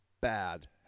bad